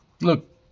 look